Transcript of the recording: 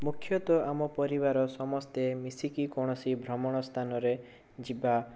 ମୁଖ୍ୟତଃ ଆମ ପରିବାର ସମସ୍ତେ ମିଶିକି କୌଣସି ଭ୍ରମଣ ସ୍ଥାନରେ ଯିବା